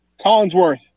Collinsworth